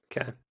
Okay